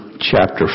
chapter